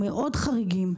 מאוד חריגים,